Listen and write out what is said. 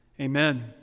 amen